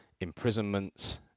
imprisonments